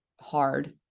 hard